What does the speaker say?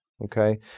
Okay